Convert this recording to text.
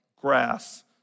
grass